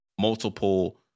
multiple